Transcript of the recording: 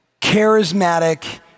charismatic